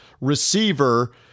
receiver